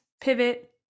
pivot